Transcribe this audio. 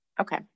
Okay